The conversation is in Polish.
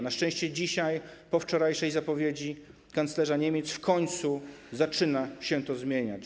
Na szczęście dzisiaj, po wczorajszej zapowiedzi kanclerza Niemiec, w końcu zaczyna się to zmieniać.